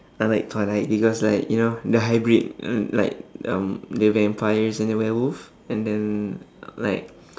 I like twilight because like you know the hybrid like um the vampires and the werewolf and then like